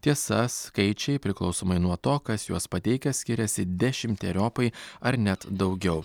tiesa skaičiai priklausomai nuo to kas juos pateikia skiriasi dešimteriopai ar net daugiau